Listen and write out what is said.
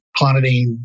Clonidine